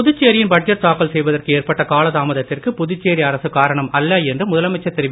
புதுச்சேரியின் பட்ஜெட் தாக்கல் செய்வதற்கு ஏற்பட்ட கால தாமதத்திற்கு புதுச்சேரி அரசு காரணம் அல்ல என்று முதலமைச்சர் திரு வி